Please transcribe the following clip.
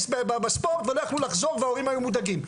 בספורט ולא יכלו לחזור וההורים היו מודאגים.